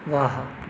वाह